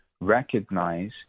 recognize